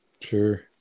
Sure